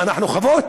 מה, אנחנו חוות?